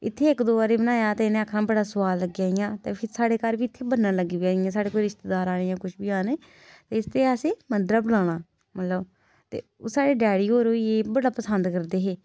इत्थै इक दो बारी बनाया ते इन्नै आखना बड़ा सोआद लग्गेआ इ'यां साढ़े घर बी इत्थै बनन लगी पेआ कोई रिश्तेदार आई जा बजारूं ते असें मद्धरा बनाना मतलब ते साढ़े डैडी होर ए बड़ा पसंद करदे हे